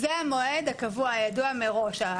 זה המועד הקבוע, הידוע מראש.